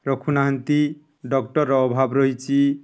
ରଖୁନାହାନ୍ତି ଡକ୍ଟର୍ ଅଭାବ ରହିଛି